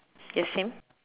yes same